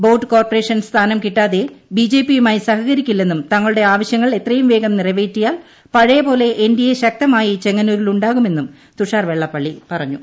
board corporation സ്ഥാനം കിട്ടാതെ ബിജെപിയുമായി സഹകരിക്കില്ലെന്നും തങ്ങളുടെ ആവശ്യങ്ങൾ എത്രയും വേഗം നിറവേറ്റിയാൽ പഴയപോലെ എൻ ഡി എ ശക്തമായി ചെങ്ങന്നൂരിൽ ഉണ്ടാകുമെന്നും തുഷാർ വെള്ളാപ്പള്ളി പറഞ്ഞു